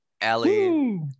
ellie